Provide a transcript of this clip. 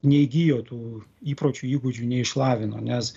neįgijo tų įpročių įgūdžių neišlavino nes